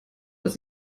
das